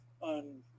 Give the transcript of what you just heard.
on